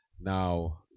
Now